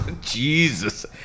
Jesus